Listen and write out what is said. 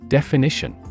Definition